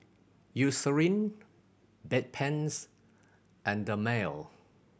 Eucerin Bedpans and Dermale